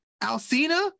Alcina